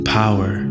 power